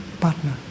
partner